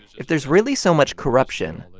if there's really so much corruption,